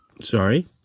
Sorry